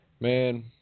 Man